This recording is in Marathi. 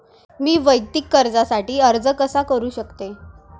मी वैयक्तिक कर्जासाठी अर्ज कसा करु शकते?